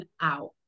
out